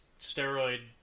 steroid